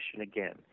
again